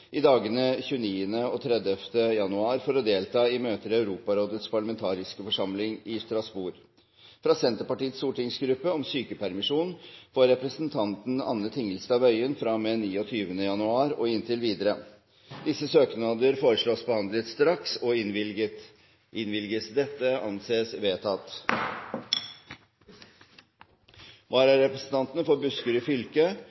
i dagene 29. og 30. januar for å delta i møter i Europarådets parlamentariske forsamling i Strasbourg fra Senterpartiets stortingsgruppe om sykepermisjon for representanten Anne Tingelstad Wøien fra og med 29. januar og inntil videre Disse søknader foreslås behandlet straks og innvilget. – Det anses vedtatt.